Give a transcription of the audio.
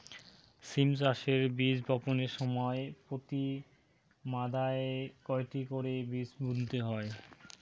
সিম চাষে বীজ বপনের সময় প্রতি মাদায় কয়টি করে বীজ বুনতে হয়?